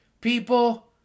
People